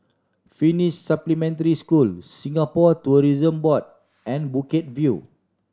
Finnish Supplementary School Singapore Tourism Board and Bukit View